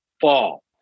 fall